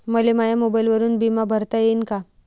मले माया मोबाईलवरून बिमा भरता येईन का?